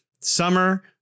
summer